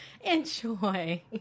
enjoy